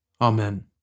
Amen